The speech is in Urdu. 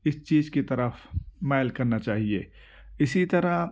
اس چیز کی طرف مائل کرنا چاہیے اسی طرح